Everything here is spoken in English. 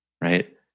right